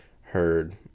Heard